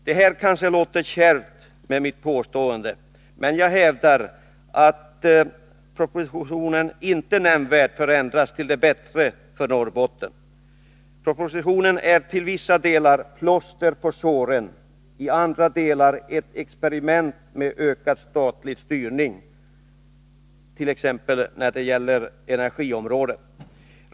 Mitt påstående kanske låter kärvt, men jag hävdar att sysselsättningssituationen för Norrbotten genom den framlagda propositionen inte nämnvärt förändras till det bättre. Propositionen är till vissa delar plåster på såren. I andra delar innebär den experiment med ökad statlig styrning, t.ex. när det gäller energiområdet.